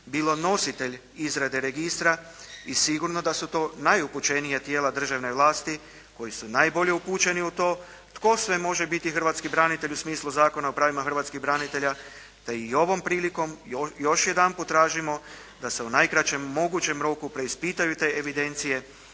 bilo nositelj izrade registra i sigurno da su to najupućenija tijela državne vlasti koji su najbolje upućeni u to tko sve može biti hrvatski branitelj u smislu Zakona o pravima hrvatskih branitelja te i ovom prilikom još jedanput tražimo da se u najkraćem mogućem roku preispitaju te evidencije